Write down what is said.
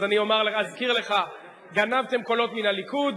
אז אני אזכיר לך: גנבתם קולות מן הליכוד,